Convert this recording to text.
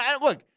look